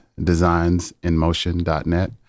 designsinmotion.net